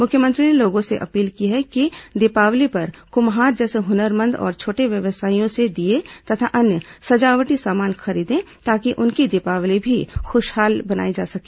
मुख्यमंत्री ने लोगों से अपील की है कि दीपावली पर कुम्हार जैसे हुनरमंद और छोटे व्यवसायियों से दीये तथा अन्य सजावटी सामान खरीदें ताकि उनकी दीपावली भी खुशहाल बनाई जा सके